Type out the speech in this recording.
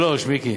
3. מיקי,